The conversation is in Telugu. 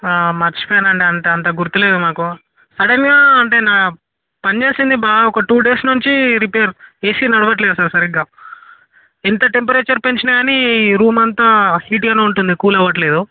మర్చిపోయాను అండి అంటే అంతా గుర్తు లేదు నాకు సడెన్గా అంటే నా పనిచేసింది బా ఒక టూ డేస్ నుంచి రిపేర్ ఏసీ నడవట్లేదు సార్ సరిగా ఎంత టెంపరేచర్ పెంచిన కానీ రూమ్ అంతా హీట్గా ఉంటుంది కూల్ అవ్వట్లేదు